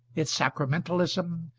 its sacramentalism,